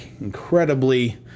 incredibly